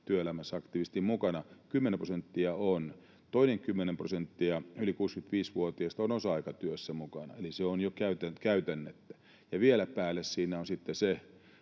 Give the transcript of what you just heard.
työelämässä aktiivisesti mukana — kymmenen prosenttia on. Toinen kymmenen prosenttia yli 65-vuotiaista on osa-aikatyössä mukana, eli se on jo käytännettä, ja vielä päälle siinä on sitten se